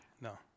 no